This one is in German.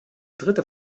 dritte